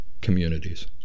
communities